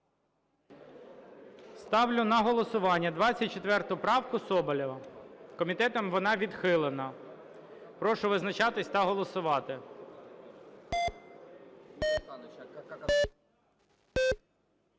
Ставлю на голосування 24 правку Соболєва. Комітетом вона відхилена. Прошу визначатись та голосувати.